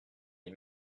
les